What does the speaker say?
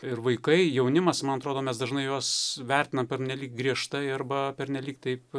ir vaikai jaunimas man atrodo mes dažnai juos vertinam pernelyg griežtai arba pernelyg taip